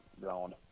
ground